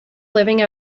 living